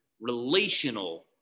relational